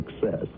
success